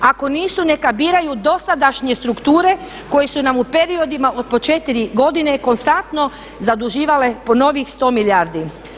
Ako nisu neka biraju dosadašnje strukture koje su nam u periodima od po četiri godine konstantno zaduživale po novih 100 milijardi.